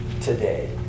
today